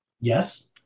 Yes